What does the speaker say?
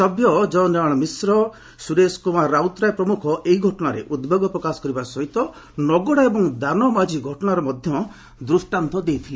ସଭ୍ୟ ଜୟନାରାୟଶ ମିଶ୍ର ସୁରେଶ କୁମାର ରାଉତରାୟ ପ୍ରମୁଖ ଏହି ଘଟଶାରେ ଉଦ୍ବେଗ ପ୍ରକାଶ କରିବା ସହ ନଗଡା ଓ ଦାନ ମାଝୀ ଘଟଶାର ମଧ ଦୃଷ୍କାନ୍ତ ଦେଇଥିଲେ